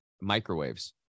microwaves